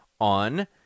on